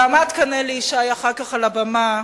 ועמד כאן אלי ישי אחר כך על הבמה